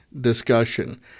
discussion